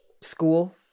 school